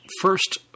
first